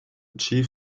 chief